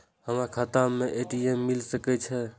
हमर खाता में ए.टी.एम मिल सके छै?